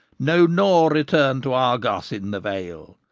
no, nor return to argos in the vale,